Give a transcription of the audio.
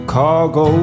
cargo